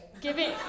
Giving